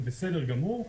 זה בסדר גמור,